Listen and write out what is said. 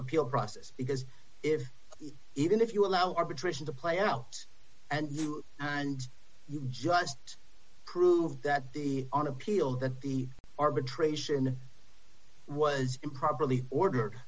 appeal process because if even if you allow arbitration to play out and you and you just proved that the on appeal that the arbitration was improperly order